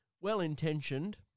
Well-intentioned